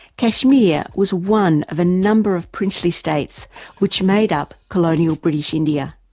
kashmir was one of a number of princely states which made up colonial british india.